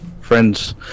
friends